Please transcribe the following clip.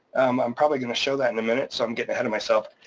i'm probably gonna show that in a minute, so i'm getting head of myself.